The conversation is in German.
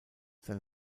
sein